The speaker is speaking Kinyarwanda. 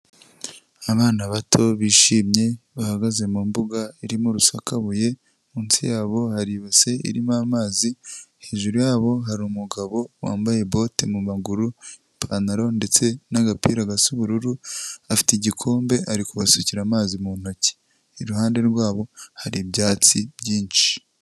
Abana bato bishimye bahagaze mu mbuga irimo urusakabuye munsi yabo hari ibase irimo amazi, hejuru yabo hari umugabo wambaye bote mu maguru, ipantaro ndetse n'agapira gasa ubururu, afite igikombe ari kubasukira amazi mu ntoki, iruhande rwabo hari ibyatsi byinshi.